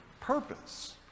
purpose